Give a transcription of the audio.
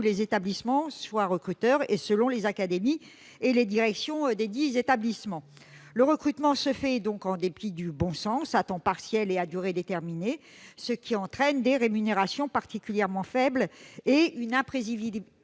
les établissements sont recruteurs, ou encore en fonction des académies et des directions desdits établissements. Le recrutement se fait, en dépit du bon sens, à temps partiel et à durée déterminée, ce qui entraîne des rémunérations particulièrement faibles et une imprévisibilité